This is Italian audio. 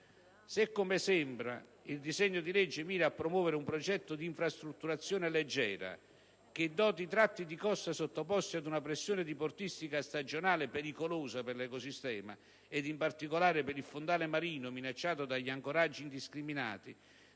Se, come sembra, il disegno di legge mira a promuovere un progetto di infrastrutturazione leggera, che doti i tratti di costa sottoposti ad una pressione diportistica stagionale pericolosa per l'ecosistema (in particolare per il fondale marino, minacciato dagli ancoraggi indiscriminati)